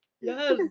Yes